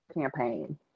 campaign